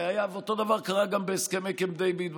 אותו דבר גם קרה בהסכמי קמפ דייוויד,